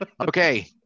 Okay